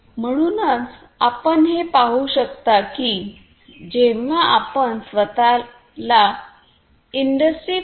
म्हणूनच आपण हे पाहू शकता की जेव्हा आपण स्वतःला इंडस्ट्री 4